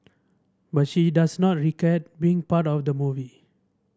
but she does not regret being part of the movie